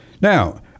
Now